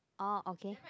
oh okay